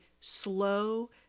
slow